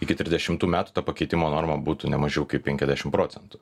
iki trisdešimtų metų ta pakeitimo norma būtų nemažiau kaip penkiasdešimt procentų